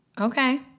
Okay